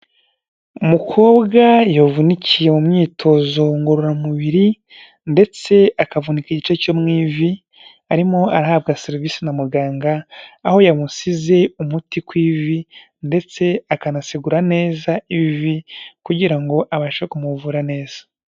Umukobwa yavunikiye mu myitozo ngororamubiri ndetse akavunika igice cyo mu ivi, arimo arahabwa serivise na muganga, aho yamusize umuti ku ivi ndetse akanasegura neza ivi kugira ngo abashe kumuvura neza.